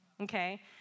okay